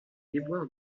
déboires